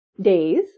days